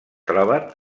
troben